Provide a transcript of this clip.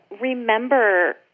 remember